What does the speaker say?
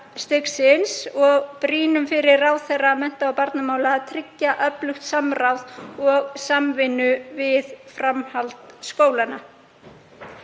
og brýnum fyrir ráðherra mennta- og barnamála að tryggja öflugt samráð og samvinnu við framhaldsskólana.